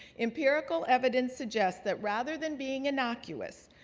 empirical evidence suggests that rather than being innocuous,